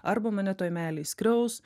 arba mane toj meilėj skriaus